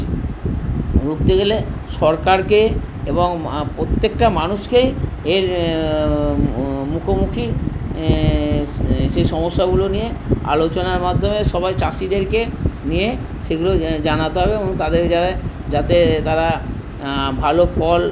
রুখতে গেলে সরকারকে এবং প্রত্যেকটা মানুষকেই এর মুখোমুখি সেই সমস্যাগুলো নিয়ে আলোচনার মাধ্যমে সবার চাষিদেরকে নিয়ে সেগুলো জানাতে হবে এবং যাতে তারা ভালো ফল